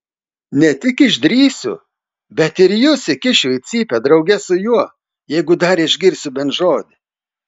ne tik išdrįsiu bet ir jus įkišiu į cypę drauge su juo jeigu dar išgirsiu bent žodį